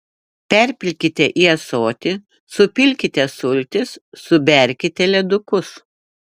perpilkite į ąsotį supilkite sultis suberkite ledukus